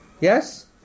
Yes